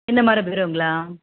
இந்த மர பீரோங்களா